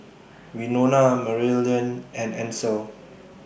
Winona Maryellen and Ansel